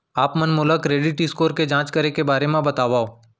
आप मन मोला क्रेडिट स्कोर के जाँच करे के बारे म बतावव?